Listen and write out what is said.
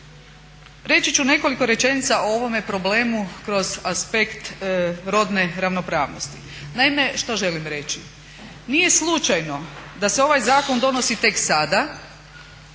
Reći ću nekoliko rečenica o ovome problemu kroz aspekt rodne ravnopravnosti. Naime, što želim reći? Nije slučajno da se ovaj zakon donosi tek sada